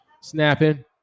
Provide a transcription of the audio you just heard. Snapping